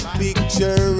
picture